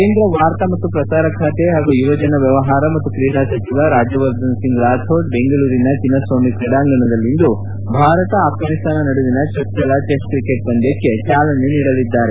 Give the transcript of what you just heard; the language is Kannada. ಕೇಂದ್ರ ವಾರ್ತಾ ಮತ್ತು ಪ್ರಸಾರ ಖಾತೆ ಹಾಗೂ ಯುವಜನ ವ್ಯವಹಾರಗಳು ಮತ್ತು ಕ್ರೀಡಾ ಸಚಿವ ರಾಜ್ಯವರ್ಧನ್ ರಾಥೋಡ್ ಬೆಂಗಳೂರಿನ ಚಿನ್ನಸ್ನಾಮಿ ಕ್ರೀಡಾಂಗಣದಲ್ಲಿಂದು ಭಾರತ ಆಫ್ವಾನಿಸ್ತಾನ ನಡುವಿನ ಚೊಚ್ಚಲ ಟೆಸ್ಟ್ ಕ್ರಿಕೆಟ್ ಪಂದ್ಲಕ್ಷೆ ಚಾಲನೆ ನೀಡಲಿದ್ದಾರೆ